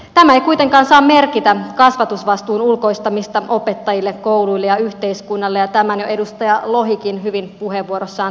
tämä ei kuitenkaan saa merkitä kasvatusvastuun ulkoistamista opettajille kouluille ja yhteiskunnalle ja tämän jo edustaja lohikin hyvin puheenvuorossaan totesi